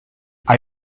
are